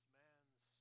man's